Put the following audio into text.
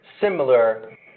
similar